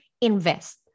invest